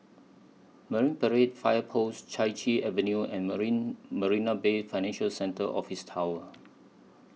Marine Parade Fire Post Chai Chee Avenue and Marina Bay Financial Centre Office Tower